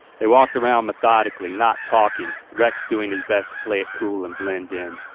they walked around methodically, not talking, rex doing his best to play it cool and blend in,